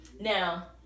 Now